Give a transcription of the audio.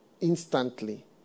instantly